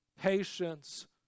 patience